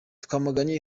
twamaganye